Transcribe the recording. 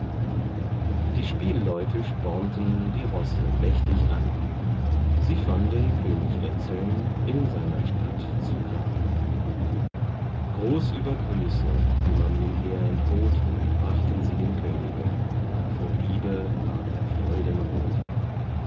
die spielleute spornten die rosse mächtig an sie fanden könig etzeln in seiner stadt zu gran gruß über grüße die man ihm her entbot brachten sie dem könige vor liebe ward er freudenrot